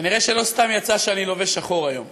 כנראה לא סתם יצא שאני לובש שחור היום.